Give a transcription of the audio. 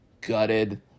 gutted